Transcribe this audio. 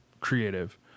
creative